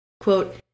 Quote